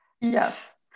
Yes